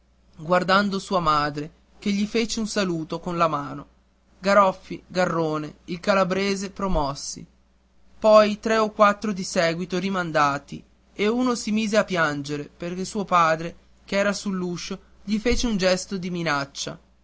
guardando sua madre che gli fece un saluto con la mano garoffi garrone il calabrese promossi poi tre o quattro di seguito rimandati e uno si mise a piangere perché suo padre ch'era sull'uscio gli fece un gesto di minaccia